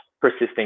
persisting